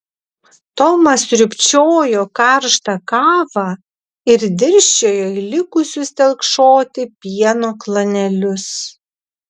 tomas sriubčiojo karštą kavą ir dirsčiojo į likusius telkšoti pieno klanelius